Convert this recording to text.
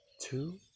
two